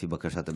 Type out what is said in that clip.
לפי בקשת המציע.